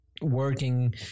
working